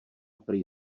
prý